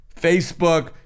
Facebook